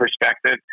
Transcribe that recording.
perspective